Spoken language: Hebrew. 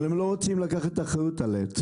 אבל הם לא רוצים לקחת אחריות עליהם.